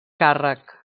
càrrec